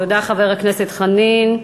תודה, חבר הכנסת חנין.